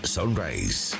Sunrise